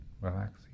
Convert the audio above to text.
relaxing